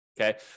Okay